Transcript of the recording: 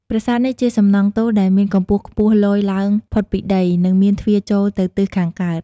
ប្រាសាទនេះជាសំណង់ទោលដែលមានកម្ពស់ខ្ពស់លយឡើងផុតពីដី និងមានទ្វារចូលនៅទិសខាងកើត។